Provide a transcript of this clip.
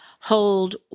hold